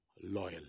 loyal